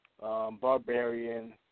Barbarian